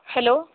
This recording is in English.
hello